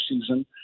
season